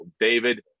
david